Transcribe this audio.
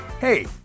Hey